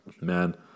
man